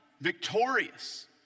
victorious